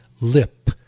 lip